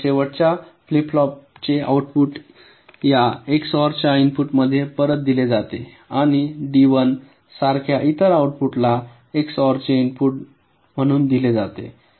तर शेवटच्या फ्लिप फ्लॉपचे आउटपुट या एक्सओआरच्या इनपुटमध्ये परत दिले जाते आणि डी 1 सारख्या इतर आउटपुटला एक्सओआरचे इनपुट म्हणून दिले जाते